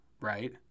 right